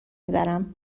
میبرم